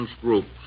groups